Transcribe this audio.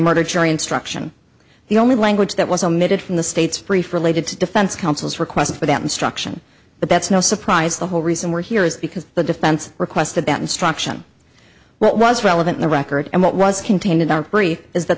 murder jury instruction the only language that was omitted from the state's brief related to defense counsel's request for that instruction but that's no surprise the whole reason we're here is because the defense requested that instruction what was relevant the record and what was contained in our brief is that